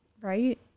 right